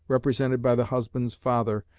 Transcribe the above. represented by the husband's father,